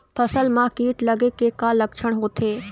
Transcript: फसल म कीट लगे के का लक्षण होथे?